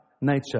nature